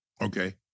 Okay